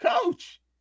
Coach